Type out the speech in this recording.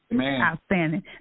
Outstanding